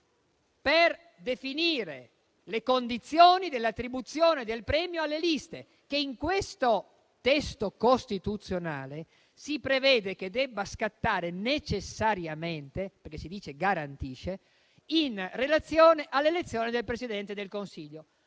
per definire le condizioni dell'attribuzione del premio alle liste, che in questo testo costituzionale si prevede che debba scattare necessariamente - perché si dice garantisce - in relazione all'elezione del Presidente del Consiglio.